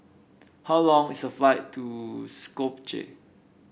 how long is the flight to Skopje